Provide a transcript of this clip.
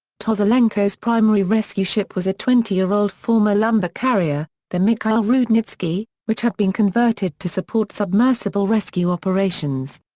toslenko's primary rescue ship was a twenty year-old former lumber carrier, the mikhail rudnitsky, which had been converted to support submersible rescue operations.